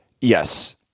Yes